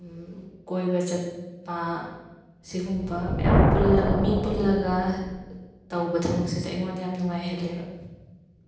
ꯀꯣꯏꯕ ꯆꯠꯄ ꯁꯤꯒꯨꯝꯕ ꯃꯌꯥꯝ ꯄꯨꯜꯂꯒ ꯃꯤ ꯄꯨꯜꯂꯒ ꯇꯧꯕ ꯊꯕꯛꯁꯤꯁꯨ ꯑꯩꯉꯣꯟꯗ ꯌꯥꯝ ꯅꯨꯡꯉꯥꯏꯍꯜꯂꯦꯕ